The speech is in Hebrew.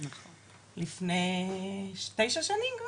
לפני תשע שנים,